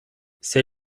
ces